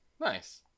Nice